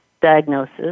diagnosis